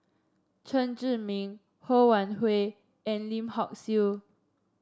Chen Zhiming Ho Wan Hui and Lim Hock Siew